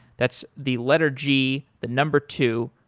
that's the letter g, the number two,